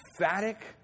emphatic